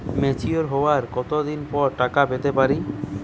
Mature হওয়ার কত দিন পর টাকা পেতে পারি?